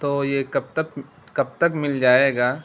تو یہ کب تک کب تک مل جائے گا